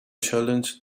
challenge